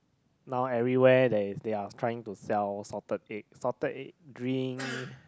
now everywhere there is they are trying to sell salted egg salted egg drinks